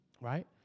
right